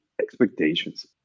expectations